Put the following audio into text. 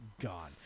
gone